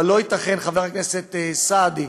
אבל לא ייתכן, חבר הכנסת סעדי,